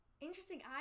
Interesting